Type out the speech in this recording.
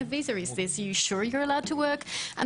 מין ויזה זו?' 'אתה בטוח שמותר לך לעבוד?',